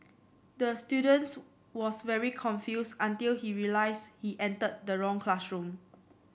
the students was very confused until he realised he entered the wrong classroom